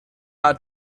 how